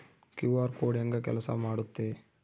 QR code ಹೆಂಗ ಕೆಲಸ ಮಾಡುತ್ತೆ?